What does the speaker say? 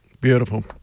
Beautiful